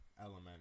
element